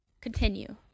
continue